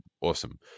awesome